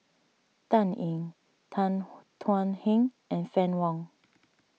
Dan Ying Tan Thuan Heng and Fann Wong